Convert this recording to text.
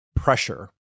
pressure